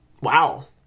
Wow